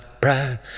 pride